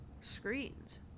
screens